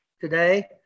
today